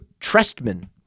Trestman